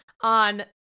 on